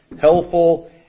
helpful